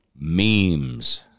memes